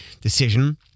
decision